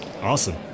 Awesome